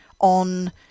on